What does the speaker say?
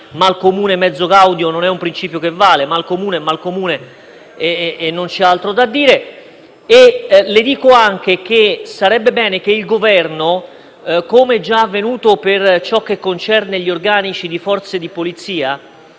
mal comune mezzo gaudio non è un principio che vale. Mal comune è mal comune e non c'è altro da dire. Le dico anche che sarebbe bene che il Governo, come già avvenuto per ciò che concerne gli organici delle forze di polizia,